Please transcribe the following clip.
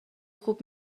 خوب